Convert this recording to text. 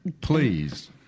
Please